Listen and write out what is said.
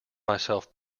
myself